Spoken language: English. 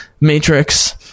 Matrix